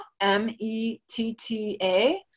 M-E-T-T-A